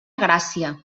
gràcia